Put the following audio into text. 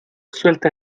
suelta